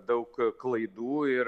daug klaidų ir